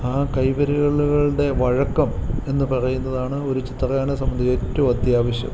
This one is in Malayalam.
ആ കൈവിരളുകളുടെ വഴക്കം എന്ന് പറയുന്നതാണ് ഒരു ചിത്രകാരനെ സംബന്ധിച്ച് ഏറ്റവും അത്യാവശ്യം